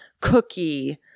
cookie